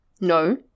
No